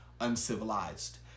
uncivilized